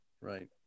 right